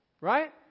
Right